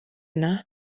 yna